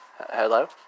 Hello